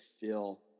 feel